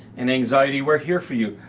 and anxiety, we're here for you,